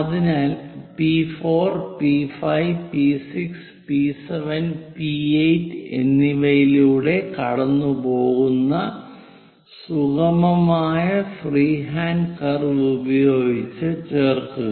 അതിനാൽ P 4 P 5 P 6 P 7 P 8 എന്നിവയിലൂടെ കടന്നുപോകുന്ന സുഗമമായ ഫ്രീഹാൻഡ് കർവ് ഉപയോഗിച്ച് ചേർക്കുക